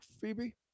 Phoebe